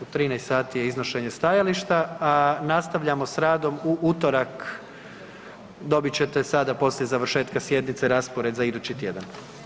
U 13 sati je iznošenje stajališta, a nastavljamo s radom u utorak, dobit ćete sada, poslije završetka sjednice raspored za idući tjedan.